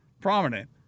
prominent